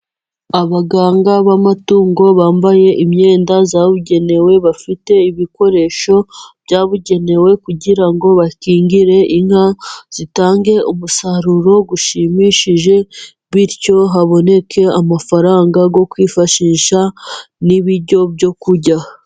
Abaganga b'amatungo bambaye imyenda yabugenewe. Bafite ibikoresho byabugenewe kugira ngo bakingire Inka, zitange umusaruro ushimishije. Bityo haboneke amafaranga yo kwifashisha n'ibiryo byo kurya.